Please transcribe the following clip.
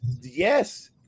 Yes